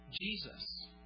Jesus